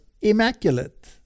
immaculate